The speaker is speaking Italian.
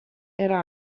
era